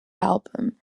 album